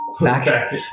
back